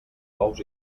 bous